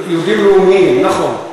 לאומיים, לאומיים.